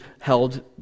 held